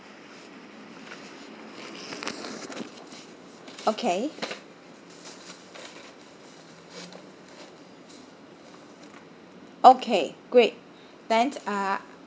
okay okay great then uh